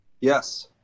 Yes